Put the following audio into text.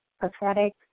pathetic